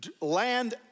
land